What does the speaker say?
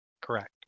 Correct